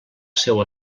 seu